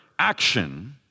action